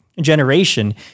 generation